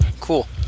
cool